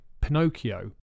Pinocchio